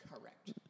Correct